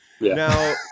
Now